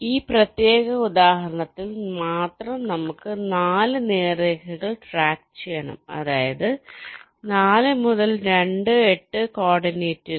ഈ പ്രത്യേക ഉദാഹരണത്തിൽ മാത്രം നമുക്ക് 4 നേർരേഖകൾ ട്രാക്ക് ചെയ്യണം അതായത് 4 മുതൽ 2 8 കോർഡിനേറ്റുകൾ